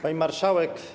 Pani Marszałek!